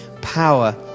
power